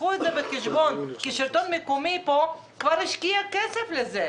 קחו את זה בחשבון כי השלטון המקומי כבר השקיע כסף בזה.